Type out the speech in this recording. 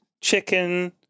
chicken